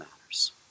matters